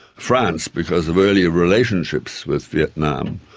france, because of earlier relationships with vietnam,